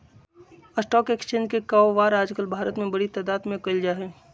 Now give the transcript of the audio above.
stock exchange के काएओवार आजकल भारत में बडी तादात में कइल जा हई